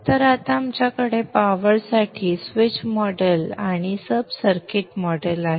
तर आता आमच्याकडे पॉवरसाठी स्विच मॉडेल आणि सब सर्किट मॉडेल आहे